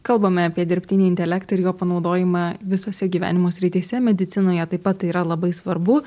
kalbame apie dirbtinį intelektą ir jo panaudojimą visose gyvenimo srityse medicinoje taip pat tai yra labai svarbu